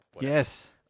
yes